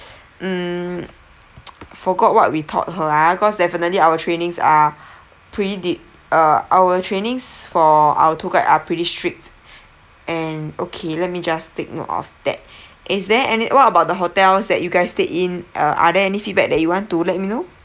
mm forgot what we taught her ah cause definitely our trainings are pretty deep uh our trainings for our tour guide are pretty strict and okay let me just take note of that is there any what about the hotels that you guys stayed in uh are there any feedback that you want to let me know